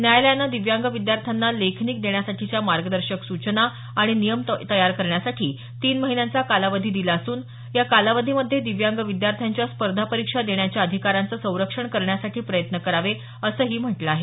न्यायालयानं दिव्यांग विद्यार्थ्यांना लेखनिक देण्यासाठीच्या मार्गदर्शक सूचना आणि नियम तयार करण्यासाठी तीन महिन्यांचा कालावधी दिला असून या कालावधीमध्ये दिव्यांग विद्यार्थ्यांच्या स्पर्धा परीक्षा देण्याच्या अधिकारांचं संरक्षण करण्यासाठी प्रयत्न करावे असंही सर्वोच्च न्यायालयानं म्हटलं आहे